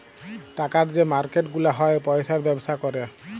টাকার যে মার্কেট গুলা হ্যয় পয়সার ব্যবসা ক্যরে